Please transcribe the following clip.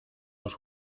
los